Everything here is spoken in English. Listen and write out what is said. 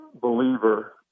believer